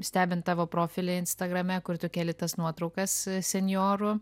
stebint tavo profilį instagrame kur tu keli tas nuotraukas senjorų